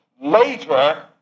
later